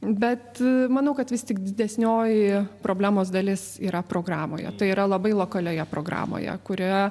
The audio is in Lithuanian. bet manau kad vis tik didesnioji problemos dalis yra programoje tai yra labai lokalioje programoje kurioje